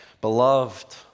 Beloved